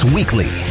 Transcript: Weekly